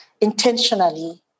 intentionally